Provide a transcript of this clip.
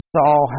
Saul